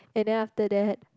and then after that